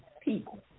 people